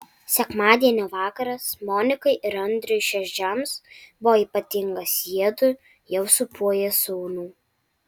sekmadienio vakaras monikai ir andriui šedžiams buvo ypatingas jiedu jau sūpuoja sūnų